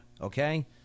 okay